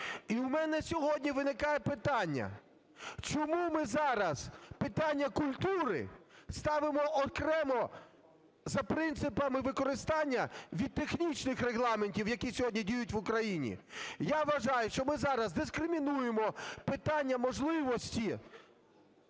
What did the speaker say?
І у мене сьогодні виникає питання, чому ми зараз питання культури ставимо окремо, за принципами використання, від технічних регламентів, які сьогодні діють в Україні? Я вважаю, що ми зараз дискримінуємо питання можливості